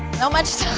so much